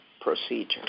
procedure